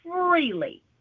freely